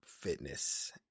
fitness